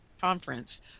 conference